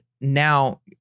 now